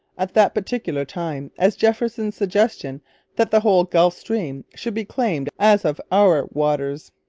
at that particular time, as jefferson's suggestion that the whole gulf stream should be claimed as of our waters